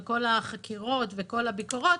בין כל החקירות ובין כל הביקורות.